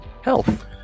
Health